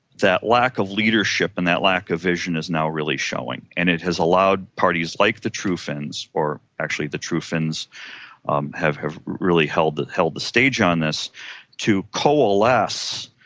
that lack of leadership and that lack of vision is now really showing. and it has allowed parties like the true finns or actually the true finns um have have really held the held the stage on this to coalesce